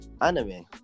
Anime